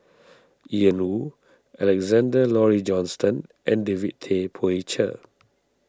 Ian Woo Alexander Laurie Johnston and David Tay Poey Cher